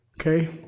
okay